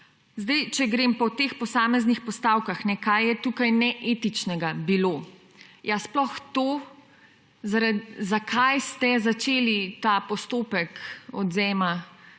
Če grem po teh posameznih postavkah, kaj je tukaj bilo neetičnega. Ja, sploh to, zakaj ste začeli ta postopek odvzema